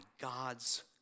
God's